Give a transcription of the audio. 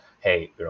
hey